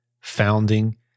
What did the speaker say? founding